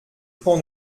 pan